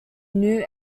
knew